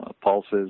pulses